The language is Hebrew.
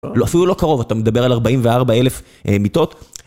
אפילו לא קרוב, אתה מדבר על 44,000 מיטות.